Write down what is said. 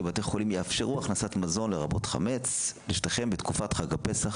בתי חולים יאפשרו הכנסת מזון לרבות חמץ לשטחיהם בתקופת חג הפסח